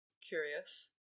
curious